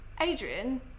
Adrian